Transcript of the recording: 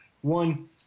one